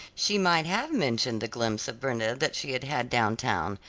she might have mentioned the glimpse of brenda that she had had down town,